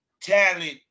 talent